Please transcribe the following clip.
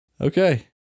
Okay